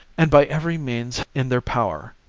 and by every means in their power,